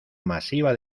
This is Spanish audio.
masiva